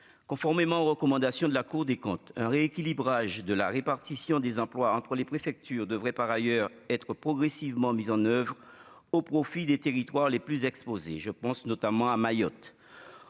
conformément aux recommandations de la Cour des comptes, un rééquilibrage de la répartition des emplois entre les préfectures devraient par ailleurs être progressivement mises en oeuvre au profit des territoires les plus exposés, je pense notamment à Mayotte,